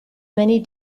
many